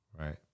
right